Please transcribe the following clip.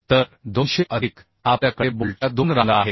तर 200 अधिक आपल्या कडे बोल्टच्या दोन रांगा आहेत